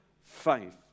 faith